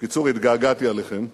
בקיצור, התגעגעתי אליכם.